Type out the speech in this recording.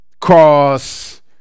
cross